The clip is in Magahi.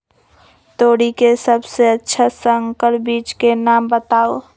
तोरी के सबसे अच्छा संकर बीज के नाम बताऊ?